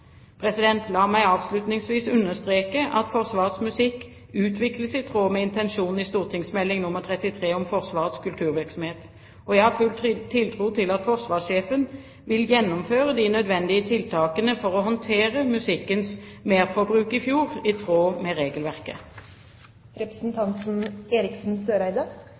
La meg avslutningsvis understreke at Forsvarets musikk utvikles i tråd med intensjonen i St.meld. nr. 33 for 2008–2009 om Forsvarets kulturvirksomhet. Jeg har full tiltro til at forsvarssjefen vil gjennomføre de nødvendige tiltakene for å håndtere musikkens merforbruk i fjor i tråd med regelverket.